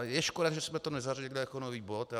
Je škoda, že jsme to nezařadili jako nový bod.